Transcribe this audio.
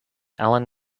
alan